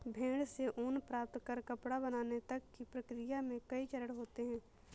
भेड़ से ऊन प्राप्त कर कपड़ा बनाने तक की प्रक्रिया में कई चरण होते हैं